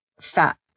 fat